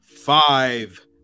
Five